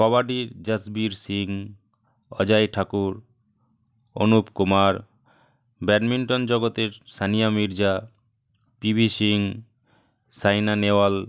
কবাডির Jasvir Singh Ajay Thakur Anup Kumar badminton জগতের Sania Mirza P V Singh Saina Nehwal